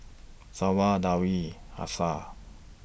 Shoaib Dewi Hafsa